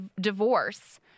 divorce